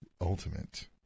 Ultimate